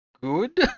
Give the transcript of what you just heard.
good